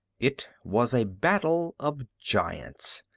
it was a battle of giants,